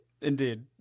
Indeed